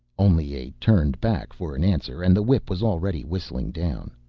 only a turned back for an answer and the whip was already whistling down.